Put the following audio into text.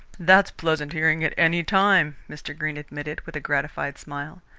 that's pleasant hearing at any time, mr. greene admitted, with a gratified smile.